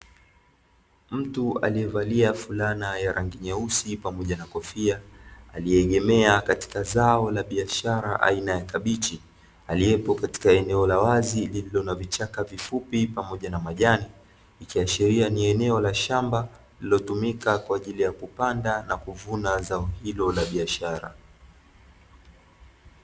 Mtu aliyevalia fulana ya rangi nyeusi pamoja na kofia aliyeegemea katika zao la biashara aina ya kabichi, aliyepo katika eneo la wazi lililo na vichaka vifupi pamoja na majani, ikiashiria ni eneo la shamba lililotumika kwa ajili ya kupanda na kuvuna zao hilo la biashara.